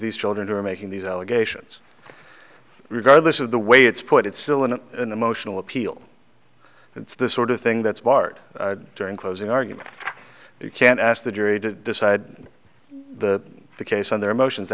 these children who are making these allegations regardless of the way it's put it's still an emotional appeal and it's the sort of thing that smart during closing argument you can't ask the jury to decide the case on their emotions